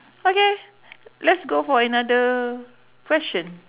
okay let's go for another question